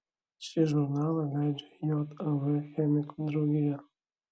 šį žurnalą leidžia jav chemikų draugija